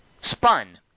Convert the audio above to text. Spun